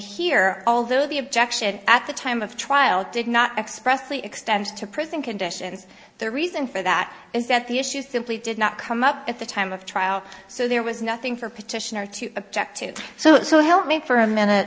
here although the objection at the time of trial did not expressly extend to prison conditions the reason for that is that the issue simply did not come up at the time of trial so there was nothing for petitioner to object to so so help me for a minute